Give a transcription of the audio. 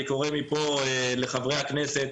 אני קורא מפה לחברי הכנסת,